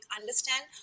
understand